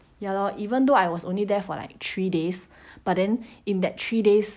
ya lor even though I was only there for like three days but then in that three days